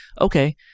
okay